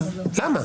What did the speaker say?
למה?